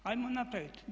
Hajmo napraviti?